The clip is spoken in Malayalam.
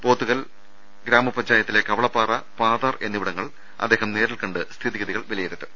പോത്തുകൽ ഗ്രാമപഞ്ചായത്തിലെ കവളപ്പാറ പാതാർ എന്നിവിടങ്ങൾ അദ്ദേഹം നേരിൽകണ്ട് സ്ഥിതിഗതികൾ വിലയി രുത്തും